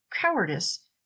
cowardice